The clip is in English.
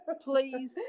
Please